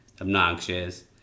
obnoxious